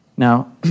Now